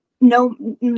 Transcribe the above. no